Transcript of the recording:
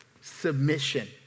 Submission